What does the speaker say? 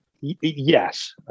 yes